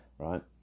right